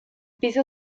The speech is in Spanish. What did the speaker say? piso